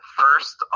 first